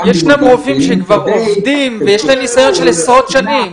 ניסיון של 20 שנים.